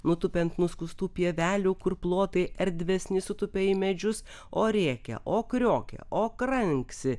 nutupia ant nuskustų pievelių kur plotai erdvesni sutupia į medžius o rėkia o kriokia o kranksi